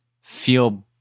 feel